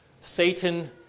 Satan